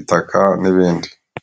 itaka n'ibindi.